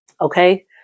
Okay